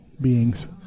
beings